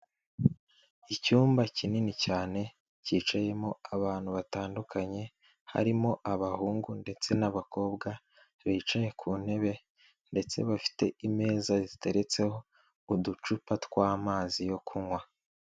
Icyumba kinini cyane cyicayemo abantu batandukanye harimo abahungu ndetse n'abakobwa, bicaye ku ntebe ndetse bafite imeza ziteretseho uducupa twamazi yo kunywa.